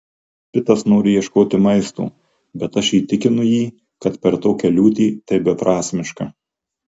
pitas nori ieškoti maisto bet aš įtikinu jį kad per tokią liūtį tai beprasmiška